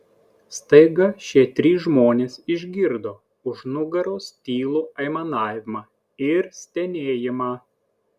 staiga šie trys žmonės išgirdo už nugaros tylų aimanavimą ir stenėjimą